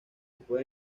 puede